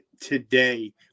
today